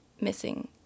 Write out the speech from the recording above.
missing